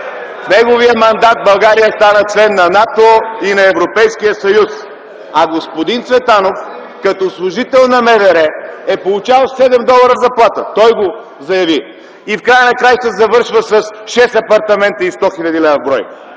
В неговия мандат България стана член на НАТО и на Европейския съюз, а господин Цветанов като служител на МВР е получавал 7 долара заплата, той го заяви, и в края на краищата завършва с 6 апартамента и 100 хил. лв. в брой.